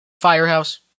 Firehouse